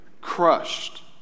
crushed